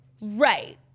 Right